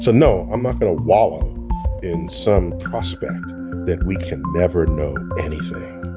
so no, i'm not going to wallow in some prospect that we can never know anything.